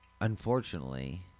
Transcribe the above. unfortunately